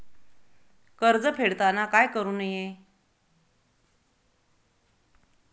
कर्ज फेडताना काय करु नये?